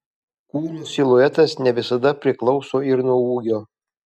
kūno siluetas ne visada priklauso ir nuo ūgio